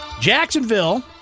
Jacksonville